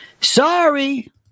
Sorry